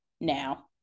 now